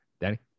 Danny